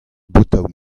botoù